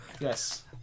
Yes